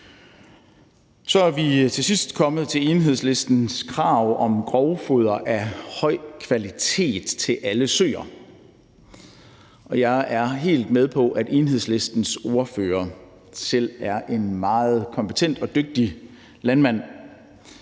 Til sidst kommer vi til Enhedslistens krav om grovfoder af høj kvalitet til alle søer. Jeg er helt med på, at Enhedslistens ordfører selv er en meget kompetent og dygtig landmand,